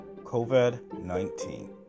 COVID-19